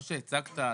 מה שהצגת,